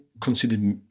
consider